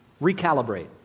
recalibrate